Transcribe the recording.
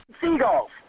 seagulls